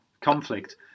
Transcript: conflict